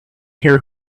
here